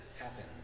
happen